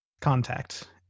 contact